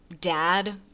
dad